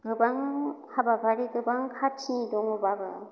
गोबां हाबाफारि गोबां खाथिनि दङबाबो